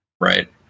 right